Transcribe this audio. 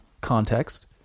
context